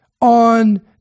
on